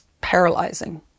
paralyzing